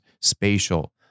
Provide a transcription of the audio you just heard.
Spatial